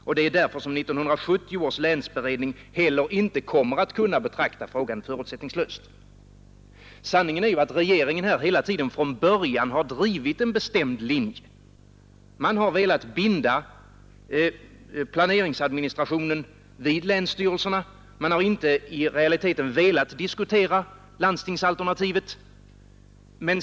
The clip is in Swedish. Det är också därför 1970 års länsberedning heller inte kommer att kunna betrakta frågan förutsättningslöst. Sanningen är att regeringen från början och under hela tiden har drivit en bestämd linje. Man har velat binda planeringsadministrationen vid länsstyrelserna. Man har i realiteten inte velat diskutera landstingsalternativet.